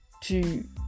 tu